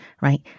right